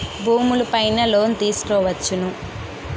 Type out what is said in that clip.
భూములు పైన లోన్ తీసుకోవచ్చును